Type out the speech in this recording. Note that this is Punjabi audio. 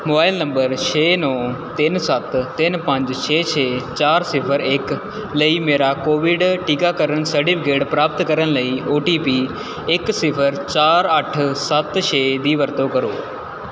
ਮੋਬਾਇਲ ਨੰਬਰ ਛੇ ਨੌਂ ਤਿੰਨ ਸੱਤ ਤਿੰਨ ਪੰਜ ਛੇ ਛੇ ਚਾਰ ਸਿਫਰ ਇੱਕ ਲਈ ਮੇਰਾ ਕੋਵਿਡ ਟੀਕਾਕਰਨ ਸਰਟੀਫਿਕੇਟ ਪ੍ਰਾਪਤ ਕਰਨ ਲਈ ਓ ਟੀ ਪੀ ਇੱਕ ਸਿਫਰ ਚਾਰ ਅੱਠ ਸੱਤ ਛੇ ਦੀ ਵਰਤੋਂ ਕਰੋ